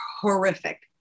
horrific